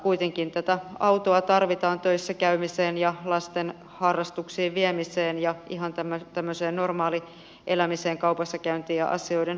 kuitenkin autoa tarvitaan töissä käymiseen ja lasten harrastuksiin viemiseen ja ihan tämmöiseen normaaliin elämiseen kaupassakäyntiin ja asioiden hoitamiseen